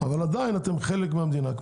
אבל עדיין אתם חלק מהמדינה.